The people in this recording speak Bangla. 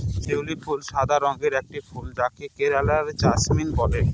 শিউলি ফুল সাদা রঙের একটি ফুল যাকে কোরাল জাসমিন বলে